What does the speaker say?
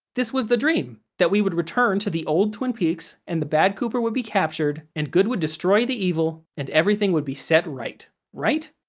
this was the dream, that we would return to the old twin peaks and the bad cooper would be captured and good would destroy the evil and everything would be set right, right?